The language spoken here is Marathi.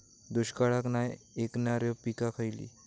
दुष्काळाक नाय ऐकणार्यो पीका खयली?